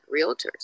realtors